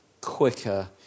quicker